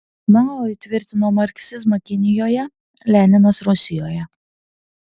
mao įtvirtino marksizmą kinijoje leninas rusijoje